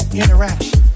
interaction